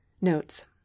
Notes